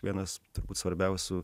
vienas turbūt svarbiausių